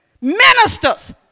ministers